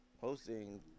posting